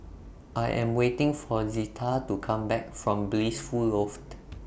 I Am waiting For Zita to Come Back from Blissful Loft